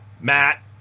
Matt